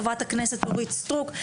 חברת הכנסת אורית סטרוק,